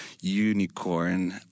unicorn